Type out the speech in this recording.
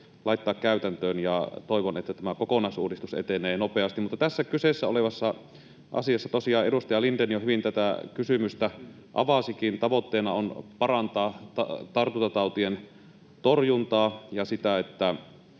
laittaa käytäntöön, ja toivon, että tämä kokonaisuudistus etenee nopeasti. Mutta tässä kyseessä olevassa asiassa — tosiaan edustaja Lindén jo hyvin tätä kysymystä avasikin — tavoitteena on parantaa tartuntatautien torjuntaa ja sitä, että